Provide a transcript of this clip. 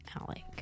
alec